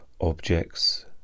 objects